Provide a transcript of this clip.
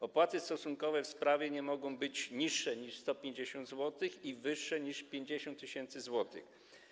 Opłaty stosunkowe w sprawie nie mogą być niższe niż 150 zł i wyższe niż 50 tys. zł.